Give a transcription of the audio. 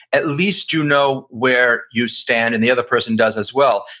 at least you know where you stand, and the other person does as well.